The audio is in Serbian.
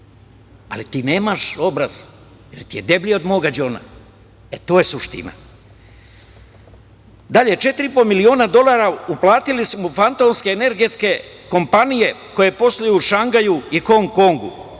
ali ti nemaš obraz, jer ti je deblji od mog đona. E, to je suština. Dalje, 4,5 miliona dolara uplatile su mu fantomske energetske kompanije koje posluju u Šangaju i Hong Kongu,